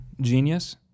Genius